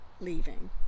leaving